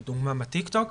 לדוגמא בטיק טוק,